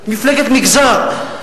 מפלגת מגזר?